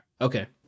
Okay